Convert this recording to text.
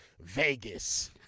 Vegas